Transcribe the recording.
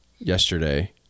Yesterday